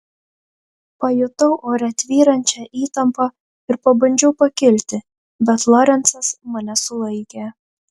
pajutau ore tvyrančią įtampą ir pabandžiau pakilti bet lorencas mane sulaikė